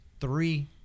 three